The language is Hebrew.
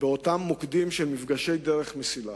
באותם מוקדים של מפגשי דרך-מסילה.